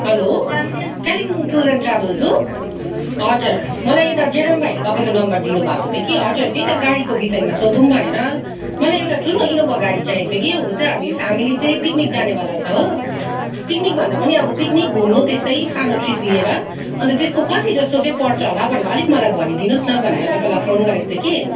hello Kalimpong tour and travels हो हजर मलाई यता जेरम भाइले तपाईँको नम्बर दिनु भएको थियो कि हजर त्यही त गाडीको विषयमा सोधैँ भनेर मलाई एउटा ठुलो इनोभा गाडी चाहिएको थियो कि हुनु त हामी फ्यामेली पिकनिक जानेवाला छ हो पिकनिक भन्दा पनि अब पिकनिक घुम्नु त्यस्तै सानो ट्रिप लिएर अन्त त्यसको कति जस्तो पर्छ होला भनेर अलिक मलाई भनि दिनुहोस् न भनेर तपाईँलाई फोन गरेको थिएँ कि